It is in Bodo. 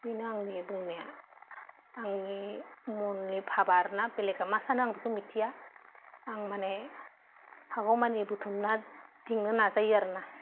बेनो आंनि बुंनाया आंनि मननि भाबा आरोना बेलेगा मा सानो आं बेखौ मिथिया आं माने हागौमानि बुथुमना दोननो नाजायो आरोना